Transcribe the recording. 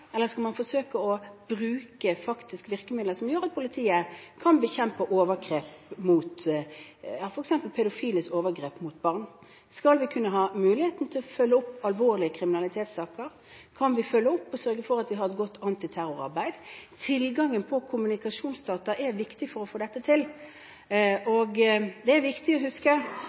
eller skal man faktisk forsøke å bruke virkemidler som gjør at politiet kan bekjempe f.eks. pedofiles overgrep mot barn? Skal vi kunne ha muligheten til å følge opp alvorlige kriminalitetssaker? Kan vi følge opp og sørge for at vi har et godt anti-terrorarbeid? Tilgangen på kommunikasjonsdata er viktig for å få dette til. Det er viktig å huske